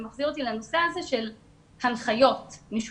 זה מחזיר אותי לנושא הזה של הנחיות משותפות.